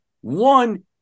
one